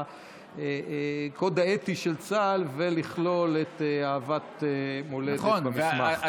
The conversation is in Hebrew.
הקוד האתי של צה"ל, ולכלול את אהבת המולדת במסמך.